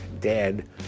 dead